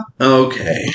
okay